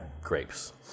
grapes